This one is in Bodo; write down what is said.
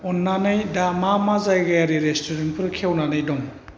अन्नानै दा मा मा जायगायारि रेस्तुरेन्तफोर खेवनानै दं